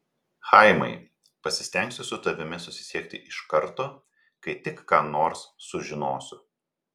chaimai pasistengsiu su tavimi susisiekti iš karto kai tik ką nors sužinosiu